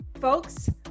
Folks